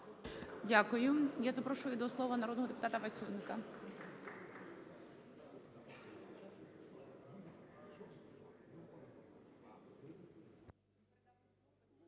Дякую. Я запрошую до слова народного депутата Васюника.